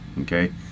okay